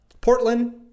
Portland